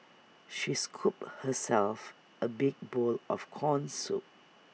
she scooped herself A big bowl of Corn Soup